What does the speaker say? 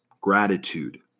gratitude